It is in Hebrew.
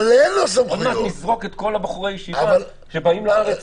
עוד מעט תזרוק את כל בחורי הישיבה שבאים לארץ